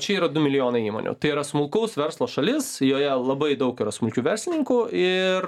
čia yra du milijonai įmonių tai yra smulkaus verslo šalis joje labai daug yra smulkių verslininkų ir